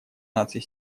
наций